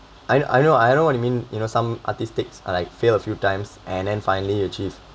I I know I know what you mean you know some artistic and I failed a few times and then finally you achieve